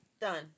Done